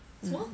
mm